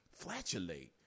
flatulate